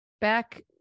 back